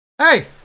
Hey